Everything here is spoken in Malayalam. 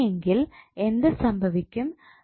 അങ്ങനെ എങ്കിൽ എന്ത് സംഭവിക്കും